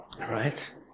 Right